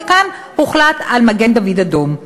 וכאן הוחלט על מגן-דוד-אדום.